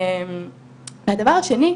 הדבר השני,